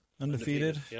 undefeated